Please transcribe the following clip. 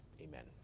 Amen